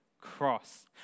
cross